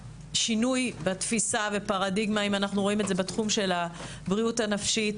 שינוי בתפיסה ופרדיגמה אם אנו רואים את זה בתחום של בריאות הנפש,